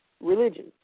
religion